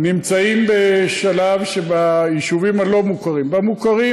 נמצאים בשלב שביישובים הלא-מוכרים במוכרים